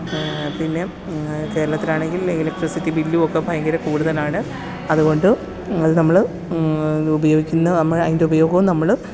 പിന്നെ കേരളത്തിൽ ആണെങ്കിൽ ഇലക്ട്രിസിറ്റി ബില്ലുമൊക്കെ ഭയങ്കര കൂടുതലാണ് അതുകൊണ്ടു അത് നമ്മൾ ഉപയോഗിക്കുന്ന നമ്മൾ അതിൻ്റെ ഉപയോഗവും നമ്മൾ